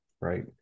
right